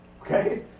okay